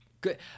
Good